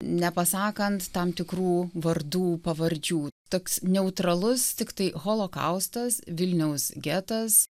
nepasakant tam tikrų vardų pavardžių toks neutralus tiktai holokaustas vilniaus getas